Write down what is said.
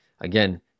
again